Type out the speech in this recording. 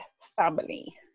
family